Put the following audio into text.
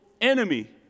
enemy